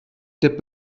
tip